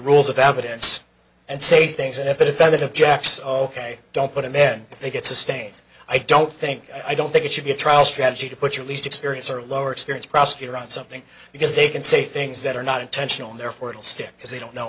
rules of evidence and say things and if it offended objects don't put him in i think it's a stain i don't think i don't think it should be a trial strategy to put you at least experience or lower experienced prosecutor on something because they can say things that are not intentional and therefore to stick because they don't know